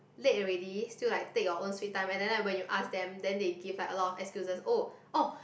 late already still like take your own sweet time and then right when you ask them they give like a lot of excuses oh oh